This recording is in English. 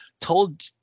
told